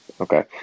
Okay